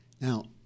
Now